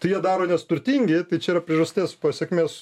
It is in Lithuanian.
tai jie daro nes turtingi tai čia yra priežasties pasekmės